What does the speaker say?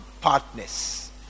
partners